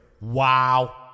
Wow